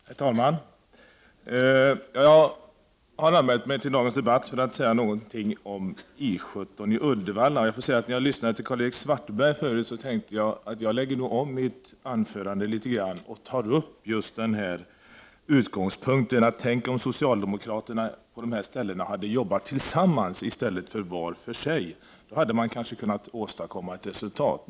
Herr talman! Jag har anmält mig till dagens debatt för att säga några ord om I 17 i Uddevalla. När jag lyssnade till Karl-Erik Svartberg tidigare tänkte jag att jag nog får göra om mitt anförande för att i stället säga: Tänk om socialdemokraterna från de områden där förband hotas av nedläggning hade arbetat tillsammans i stället för att arbeta var för sig! Då hade de kanske kunnat åstadkomma resultat.